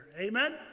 amen